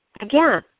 Again